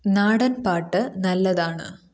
നാടന്പാട്ട് നല്ലതാണ്